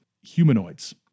Humanoids